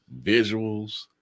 visuals